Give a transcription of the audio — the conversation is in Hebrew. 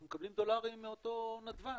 אנחנו מקבלים דולרים מאותו נדבן.